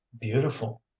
beautiful